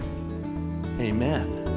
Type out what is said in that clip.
amen